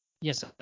Yes